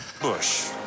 Bush